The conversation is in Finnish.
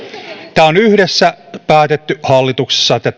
tämä on yhdessä päätetty hallituksessa että